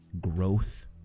growth